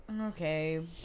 Okay